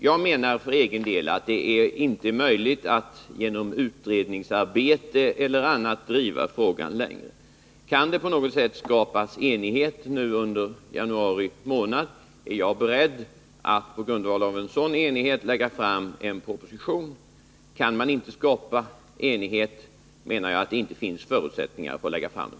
Herr talman! Jag anser för egen del att det inte är möjligt att genom utredningsarbete eller på annat sätt driva frågan längre. Kan det på något sätt skapas enighet under januari månad är jag beredd att lägga fram en proposition. Kan man inte skapa enighet anser jag att det inte finns förutsättningar för en proposition.